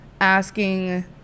asking